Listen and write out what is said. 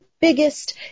biggest